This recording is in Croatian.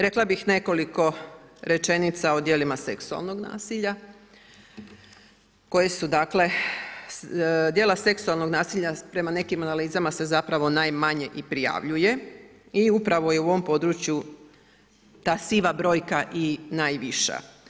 Rekla bih nekoliko rečenica o djelima seksualnog nasilja koje su dakle, djela seksualnog nasilja prema nekim analizama se zapravo najmanje i prijavljuje i upravo je u ovom području ta siva brojka i najviša.